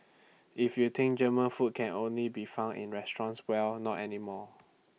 if you think German food can only be found in restaurants well not anymore